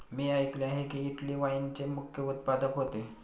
मी ऐकले आहे की, इटली वाईनचे मुख्य उत्पादक होते